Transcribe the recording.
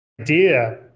idea